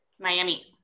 Miami